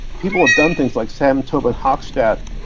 people have done things, like sam tobin-hochstadt